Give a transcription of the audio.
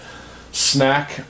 snack